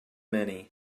many